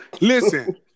listen